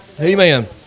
Amen